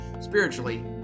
spiritually